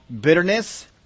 bitterness